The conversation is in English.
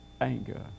anger